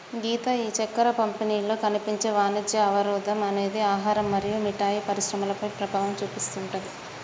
గీత ఈ చక్కెర పంపిణీలో కనిపించే వాణిజ్య అవరోధం అనేది ఆహారం మరియు మిఠాయి పరిశ్రమలపై ప్రభావం చూపిస్తుందట